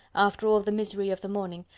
after all the misery of the morning,